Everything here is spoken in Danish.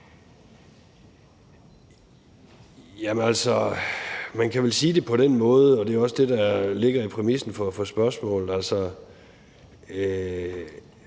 Man kan vel sige det på den måde – og det er jo også det, der ligger i præmissen for spørgsmålet